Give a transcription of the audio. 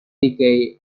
decay